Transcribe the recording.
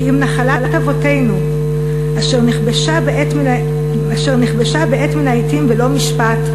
כי אם נחלת אבותינו אשר נכבשה בעת מן העתים בלא משפט,